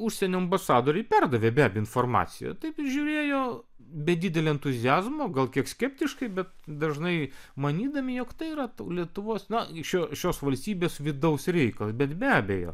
užsienio ambasadoriai perdavė be abejo informaciją taip žiūrėjo be didelio entuziazmo gal kiek skeptiškai bet dažnai manydami jog tai yra lietuvos na šio šios valstybės vidaus reikalas bet be abejo